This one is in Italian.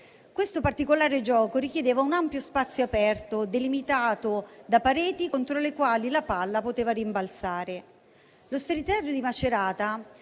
Questo particolare gioco richiedeva un ampio spazio aperto, delimitato da pareti contro le quali la palla poteva rimbalzare. Lo Sferisterio di Macerata